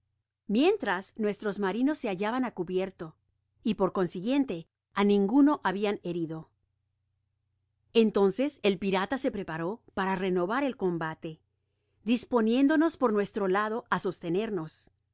mientras nuestros marinos se hallaban á cubierto y por consiguiente á ninguno habian herido entonces el pirata se preparó para renovar el combate disponiéndonos por nuestro lado á sostenernos